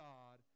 God